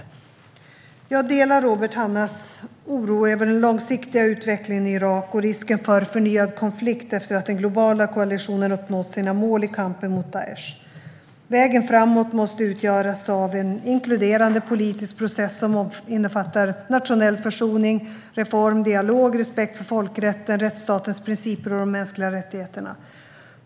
Jag delar Robert Hannahs oro över den långsiktiga utvecklingen i Irak och risken för förnyad konflikt efter att den globala koalitionen uppnått sina mål i kampen mot Daish. Vägen framåt måste utgöras av en inkluderande politisk process som innefattar nationell försoning, reform, dialog, respekt för folkrätten, rättsstatens principer och de mänskliga rättigheterna.